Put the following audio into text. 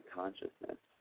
consciousness